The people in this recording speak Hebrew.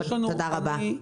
תודה רבה.